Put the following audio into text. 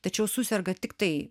tačiau suserga tiktai